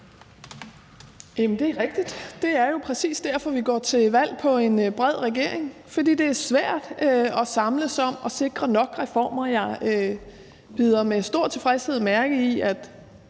det er rigtigt. Det er jo præcis derfor, vi går til valg på en bred regering, for det er svært at samles om at sikre nok reformer. Jeg bider med stor tilfredshed mærke i, at